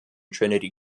trinity